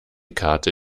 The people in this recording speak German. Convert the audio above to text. karte